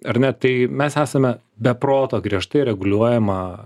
ar ne tai mes esame be proto griežtai reguliuojama